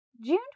June